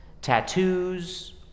tattoos